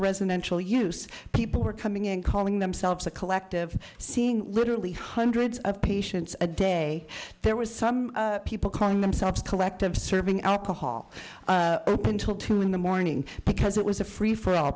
residential use people were coming in calling themselves a collective seeing literally hundreds of patients a day there was some people calling themselves collective serving alcohol open till two in the morning because it was a free for all